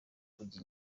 kurya